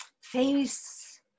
face